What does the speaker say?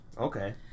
Okay